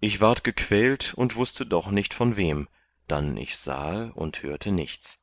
ich ward gequält und wußte doch nicht von wem dann ich sahe oder hörte nichts